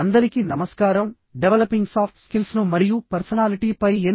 అందరికీ నమస్కారం developing soft స్కిల్స్ను మరియు పర్సనాలిటీ పై ఎన్